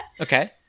Okay